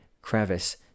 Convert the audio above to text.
crevice